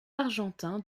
argentin